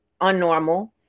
unnormal